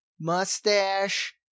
mustache